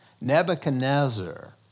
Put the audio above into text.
Nebuchadnezzar